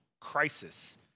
crisis